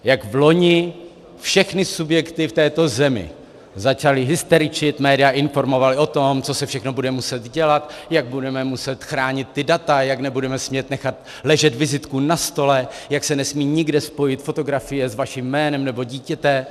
Jak vloni všechny subjekty v této zemi začaly hysterčit, média informovala o tom, co se všechno bude muset dělat, jak budeme muset chránit ta data, jak nebudeme smět nechat ležet vizitku na stole, jak se nesmí nikde spojit fotografie s vaším jménem, nebo dítěte?